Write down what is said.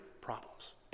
Problems